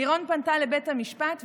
לירון פנתה לבית המשפט,